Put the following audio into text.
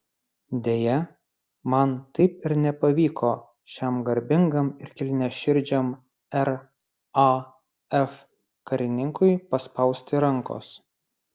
deja man taip ir nepavyko šiam garbingam ir kilniaširdžiui raf karininkui paspausti rankos